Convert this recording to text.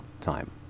time